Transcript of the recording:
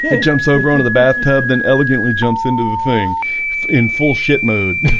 it jumps over onto the bathtub then elegantly jumps into the thing in full shit mode